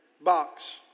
box